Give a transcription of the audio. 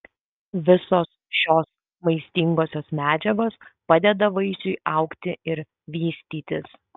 visos šios maistingosios medžiagos padeda vaisiui augti ir vystytis